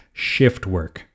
shiftwork